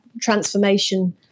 transformation